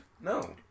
No